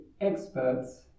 experts